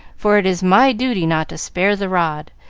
for it is my duty not to spare the rod,